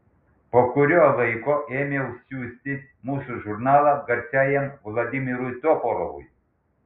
po kurio laiko ėmiau siųsti mūsų žurnalą garsiajam vladimirui toporovui